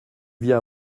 viens